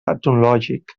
etnològic